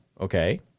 okay